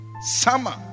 summer